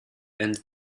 and